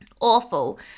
Awful